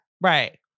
Right